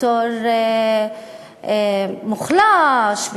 בתור מוחלש,